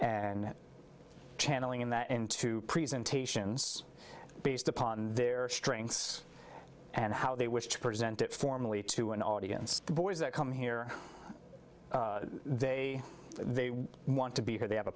and channeling in that into presentations based upon their strengths and how they wish to present it formally to an audience the boys that come here they want to be here they have a